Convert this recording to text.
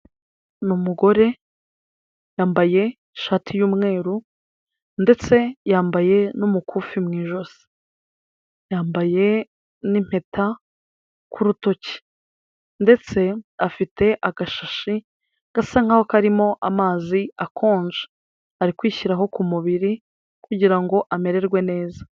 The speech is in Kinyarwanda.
Ni umugore yambaye ishati y'umweru ndetse yambaye n'umukufe mu ijosi, yambaye n'impeta ku rutoki ndetse afite agashashi gasa nk'aho karimo amazi akonje, ari kwishyiraho ku mubiri kugira ngo amererwe neza.